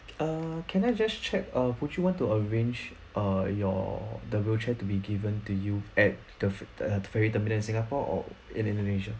err can I just check err would you want to arrange err your the wheelchair to be given to you at the fe~ err ferry terminal in singapore or in indonesia